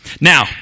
Now